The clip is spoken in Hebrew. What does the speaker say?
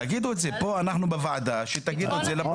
תגידו את זה בוועדה כדי שזה יהיה בפרוטוקול.